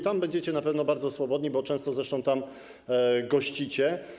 Tam będziecie na pewno bardzo swobodni, bo często zresztą tam gościcie.